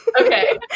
Okay